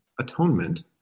atonement